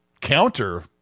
counter